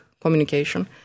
communication